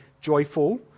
joyful